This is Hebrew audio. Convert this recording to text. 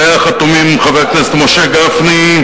שעליה חתומים חבר הכנסת משה גפני,